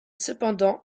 cependant